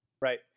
Right